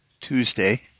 Tuesday